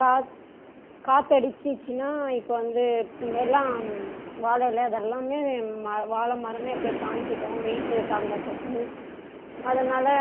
காற்று அடிச்சுச்சின்னா இப்போ வந்து எல்லாம் வாழை எலை அதெல்லாம் வாழமரம் அப்படியே சாய்ஞ்சிடும் வெயிட்டு தாங்காது அது அதனால்